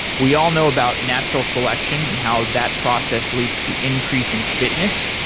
we all know about natural selection and how that process leads to increasing fitness.